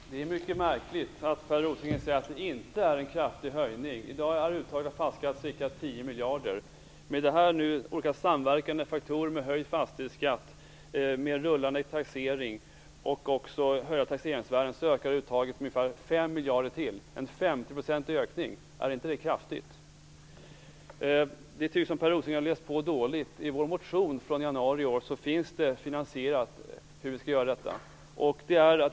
Fru talman! Det är mycket märkligt att Per Rosengren säger att det inte gäller en kraftig höjning. För närvarande uppgår uttaget av fastighetsskatt till ca 10 miljarder. Med de olika faktorer som nu samverkar för att höja fastighetsskatten - en rullande taxering och höjda taxeringsvärden - ökar uttaget med ungefär 5 miljarder. Är inte en 50-procentig ökning en kraftig ökning? Det tycks som om Per Rosengren har läst på dåligt. I vår motion från januari i år anges hur finansieringen skall ske.